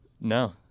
No